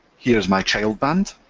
here is my child band